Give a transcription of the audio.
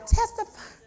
testify